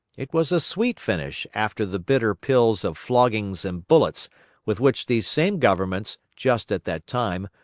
it was a sweet finish after the bitter pills of floggings and bullets with which these same governments, just at that time,